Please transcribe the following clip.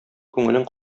күңелең